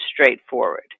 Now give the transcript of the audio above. straightforward